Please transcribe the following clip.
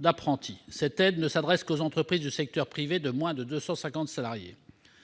d'apprentis, qui ne concerne toutefois que les entreprises du secteur privé de moins de 250 salariés,